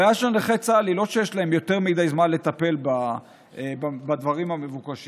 הבעיה של נכי צה"ל היא לא שיש להם יותר מדי זמן לטפל בדברים המבוקשים,